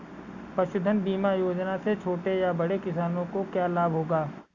पशुधन बीमा योजना से छोटे या बड़े किसानों को क्या लाभ होगा?